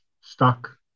stuck